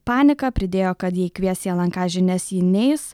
paniką pridėjo kad jei kvies į lnk žinias ji neis